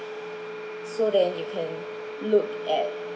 so that you can look at